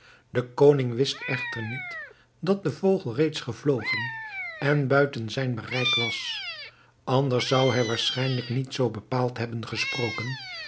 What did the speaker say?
de koning wist echter niet dat de vogel reeds gevlogen en buiten zijn bereik was anders zou hij waarschijnlijk niet zoo bepaald hebben gesproken